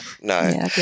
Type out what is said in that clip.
no